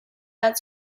out